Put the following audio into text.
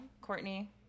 Courtney